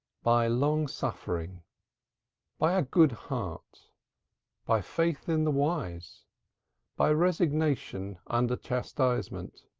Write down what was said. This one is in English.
by long suffering by a good heart by faith in the wise by resignation under chastisement